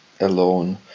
alone